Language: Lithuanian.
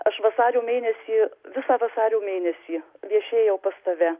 aš vasario mėnesį visą vasario mėnesį viešėjau pas tave